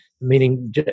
meaning